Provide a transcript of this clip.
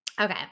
okay